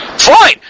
Fine